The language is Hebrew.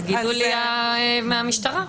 יגידו מהמשטרה.